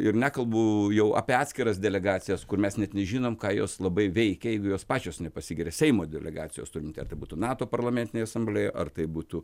ir nekalbu jau apie atskiras delegacijas kur mes net nežinom ką jos labai veikia jeigu jos pačios nepasigiria seimo delegacijos turiu minty ar tai būtų nato parlamentinė asamblėja ar tai būtų